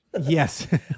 Yes